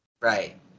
Right